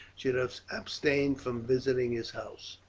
should have abstained from visiting his house.